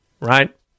right